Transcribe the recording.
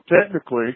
technically